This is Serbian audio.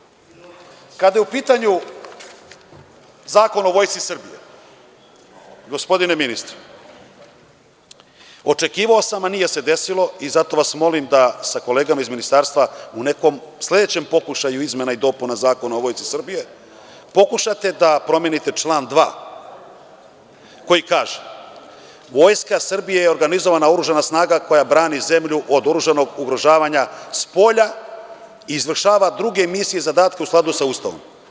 Kada je u pitanju Zakon o Vojsci Srbije, gospodine ministre, očekivao sam, a nije se desilo i zato vas molim da sa kolegama iz Ministarstva u nekom sledećem pokušaju izmena i dopuna Zakona o Vojsci Srbije, pokušate da promenite član 2. koji kaže – Vojska Srbije je organizovana oružana snaga koja brani zemlju od oružanog ugrožavanja spolja i izvršava druge misije i zadatke u skladu sa Ustavom.